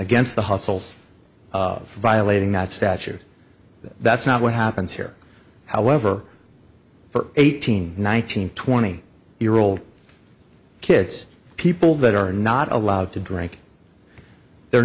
against the hustles for violating that statute that's not what happens here however for eighteen nineteen twenty year old kids people that are not allowed to drink there